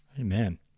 Amen